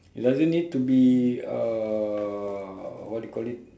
doesn't need to be uh what do you call it